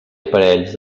aparells